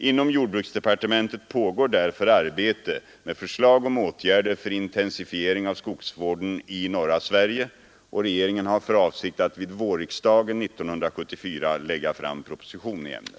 Inom jordbruksdepartementet pågår därför arbete med förslag om åtgärder för intensifiering av skogsvården i norra Sverige, och regeringen har för avsikt att vid vårriksdagen 1974 lägga fram proposition i ämnet.